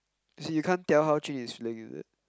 as in you can't tell how Jun-Yi is feeling is it